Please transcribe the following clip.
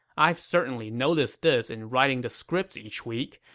i've certainly noticed this in writing the scripts each week.